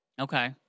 Okay